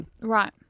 Right